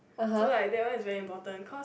so like that one is very important because